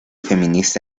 feminista